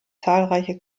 zahlreiche